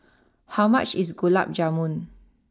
how much is Gulab Jamun